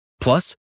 Plus